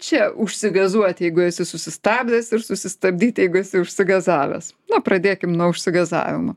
čia užsigazuot jeigu esi susistabdęs ir susistabdyt jeigu esi užsigazavęs na pradėkim nuo užsigazavimo